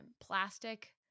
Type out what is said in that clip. plastic